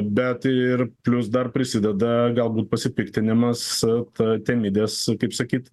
bet ir plius dar prisideda galbūt pasipiktinimas ta temidės kaip sakyt